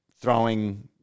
throwing –